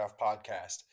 podcast